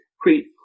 create